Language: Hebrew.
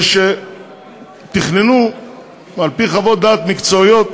שתכננו על-פי חוות דעת מקצועיות